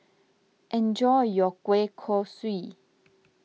enjoy your Kuih Kaswi